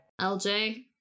LJ